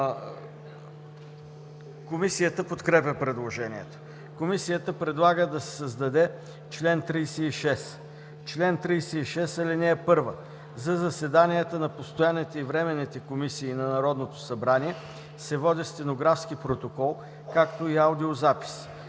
Комисията подкрепя предложението. Комисията предлага да се създаде чл. 36: „Чл. 36. (1) За заседанията на постоянните и временните комисии на Народното събрание се води стенографски протокол, както и аудиозапис.